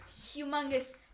humongous